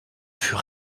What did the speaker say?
fut